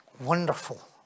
wonderful